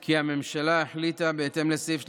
כי הממשלה החליטה, בהתאם לסעיף 31(ד)